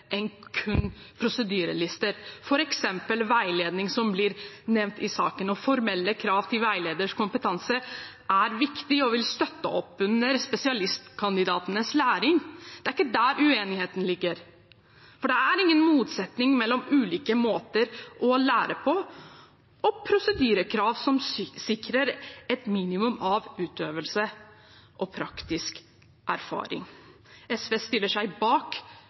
enn kun prosedyrelister. Veiledning, som blir nevnt i saken, og formelle krav til veileders kompetanse er f.eks. viktig og vil støtte opp under spesialistkandidatenes læring. Det er ikke der uenigheten ligger. For det er ingen motsetning mellom ulike måter å lære på og prosedyrekrav som sikrer et minimum av utøvelse og praktisk erfaring. SV stiller seg bak